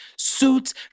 Suits